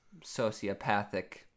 sociopathic